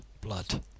blood